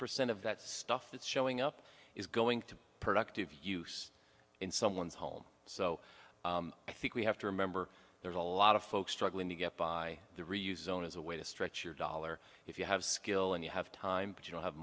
percent of that stuff that's showing up is going to productive use in someone's home so i think we have to remember there's a lot of folks struggling to get by the reuse zone as a way to stretch your dollar if you have skill and you have time but you don't have